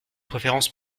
préférences